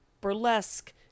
burlesque